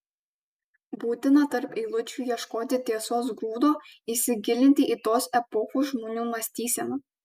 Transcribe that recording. būtina tarp eilučių ieškoti tiesos grūdo įsigilinti į tos epochos žmonių mąstyseną